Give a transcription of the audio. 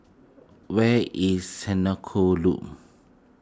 where is Senoko Loop